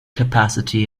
capacity